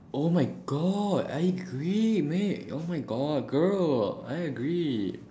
oh my god I agree mate oh my god girl I agree